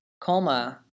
Coma